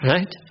Right